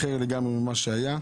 אחר לגמרי ממה שהיה.